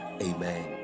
Amen